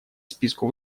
списку